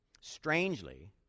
Strangely